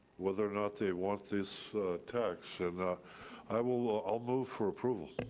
whether or not they want this tax and i will will um move for approval.